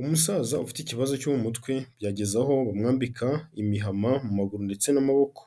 Umusaza ufite ikibazo cyo mu mutwe byageze aho bamwambika imihama mu maguru ndetse n'amaboko,